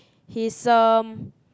he's um